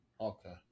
Okay